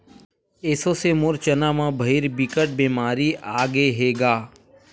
एसो से मोर चना म भइर बिकट बेमारी आगे हे गा